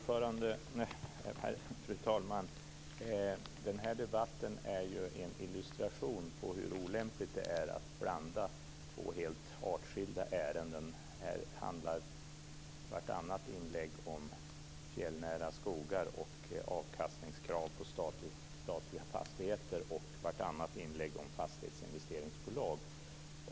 Fru talman! Den här debatten är en illustration av hur olämpligt det är att blanda två helt avskilda ärenden. Här handlar vartannat inlägg om fjällnära skogar och avkastningskrav på statliga fastigheter och vartannat inlägg om fastighetsinvesteringsbolag.